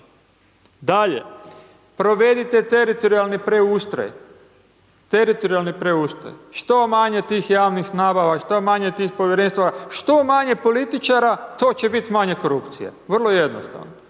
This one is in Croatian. Dalje, provedite teritorijalni preustroj, što manje tih javnih nabava, što manje tih povjerenstava, što manje političara, to će biti manje korupcije, vrlo jednostavno,